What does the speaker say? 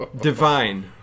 Divine